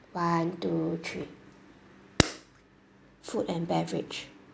one two three food and beverage